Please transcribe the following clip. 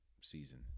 season